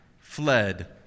fled